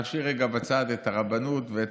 אני מציע שנשאיר רגע בצד את הרבנות ואת